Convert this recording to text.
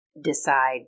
decide